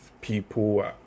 people